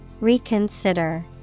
Reconsider